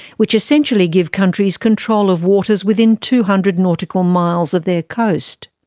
which essentially give countries control of waters within two hundred nautical miles of their coast.